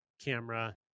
camera